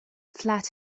flat